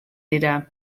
dira